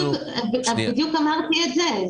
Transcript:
בדיוק אמרתי את זה.